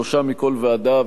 שלושה מכל ועדה,